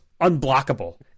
unblockable